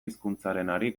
hizkuntzarenari